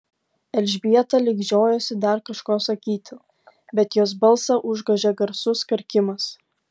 elžbieta lyg žiojosi dar kažko sakyti bet jos balsą užgožė garsus karkimas